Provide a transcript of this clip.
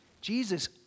Jesus